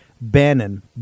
Bannon